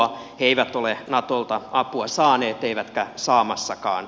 se ei ole natolta apua saanut eikä saamassakaan